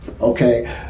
Okay